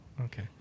Okay